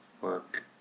work